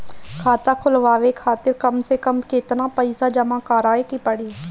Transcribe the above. खाता खुलवाये खातिर कम से कम केतना पईसा जमा काराये के पड़ी?